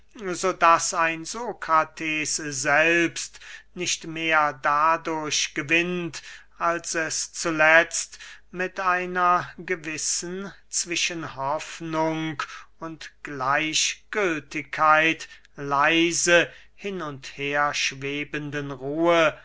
so daß ein sokrates selbst nicht mehr dadurch gewinnt als es zuletzt mit einer gewissen zwischen hoffnung und gleichgültigkeit leise hin und herschwebenden ruhe